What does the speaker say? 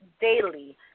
daily